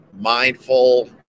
mindful